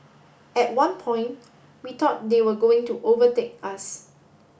at one point we thought they were going to overtake us